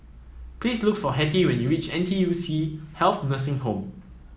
please look for Hetty when you reach N T U C Health Nursing Home